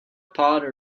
pod